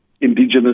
indigenous